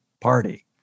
party